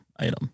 item